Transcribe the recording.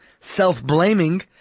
self-blaming